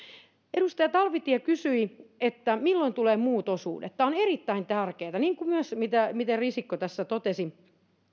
edustaja talvitie kysyi että milloin tulevat muut osuudet tämä on erittäin tärkeätä niin kuin myös se mitä risikko tässä totesi